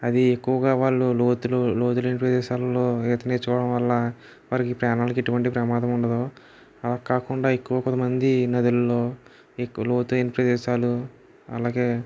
అది ఎక్కువగా వాళ్ళు లోతులో లోతు లేని ప్రదేశాలలో ఈత నేర్చుకోవడం వల్ల వారికి ప్రాణాలకి ఎటువంటి ప్రమాదం ఉండదు అలా కాకుండా ఎక్కువ కొద్ది మంది నదులలో ఎక్కువ లోతైన ప్రదేశాలు అలాగే